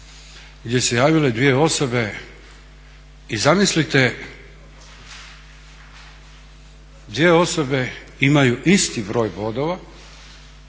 gdje su se javile dvije osobe i zamislite dvije osobe imaju isti broj bodova